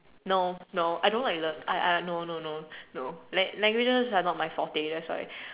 no no I don't like the I I no no no no languages are not my forte that's why